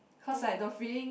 cause like the feeling